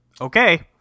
Okay